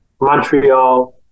Montreal